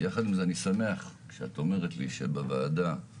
מירב בן ארי, יו"ר ועדת ביטחון פנים: